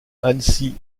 annecy